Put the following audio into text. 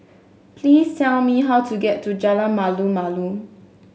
please tell me how to get to Jalan Malu Malu